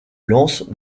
lance